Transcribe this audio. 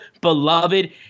beloved